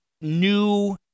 new